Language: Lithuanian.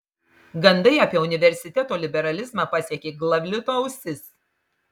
gandai apie universiteto liberalizmą pasiekė glavlito ausis